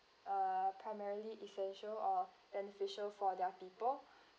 uh primarily essential or beneficial for their people